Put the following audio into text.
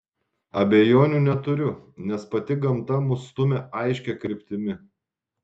abejonių neturiu nes pati gamta mus stumia aiškia kryptimi